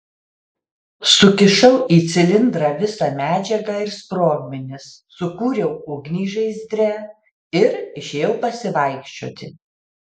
sukišau į cilindrą visą medžiagą ir sprogmenis sukūriau ugnį žaizdre ir išėjau pasivaikščioti